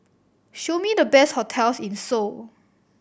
show me the best hotels in Seoul